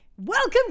Welcome